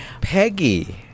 Peggy